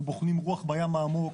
אנחנו בוחנים רוח בים העמוק,